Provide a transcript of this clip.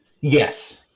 yes